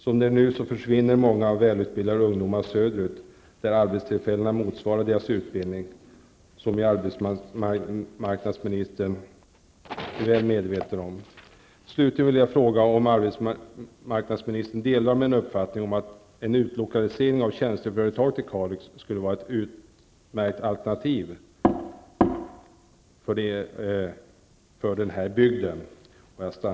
Under nuvarande förhållanden försvinner många välutbildade ungdomar söderut, där arbetstillfällena motsvarar deras utbildning. Det är något som arbetsmarknadsministern är väl medveten om. Slutligen vill jag fråga om arbetsmarknadsministern delar min uppfattning att en utlokalisering av tjänsteföretag till Kalix skulle vara ett utmärkt alternativ för den här bygden.